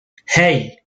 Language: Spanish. hey